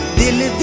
didn't